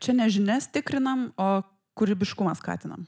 čia ne žinias tikrinam o kūrybiškumą skatinam